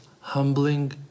humbling